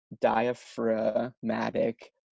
diaphragmatic